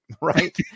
right